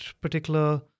particular